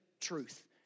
truth